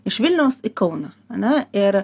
iš vilniaus į kauną ane ir